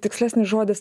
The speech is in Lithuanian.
tikslesnis žodis